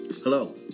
Hello